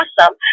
awesome